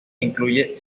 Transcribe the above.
incluye